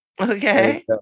Okay